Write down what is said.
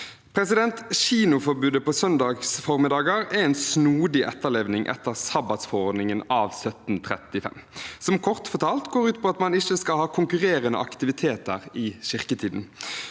for. Kinoforbudet på søndag formiddag er en snodig etterlevning etter sabbatsforordningen av 1735, som kort fortalt går ut på at man ikke skal ha konkurrerende aktiviteter i kirketiden.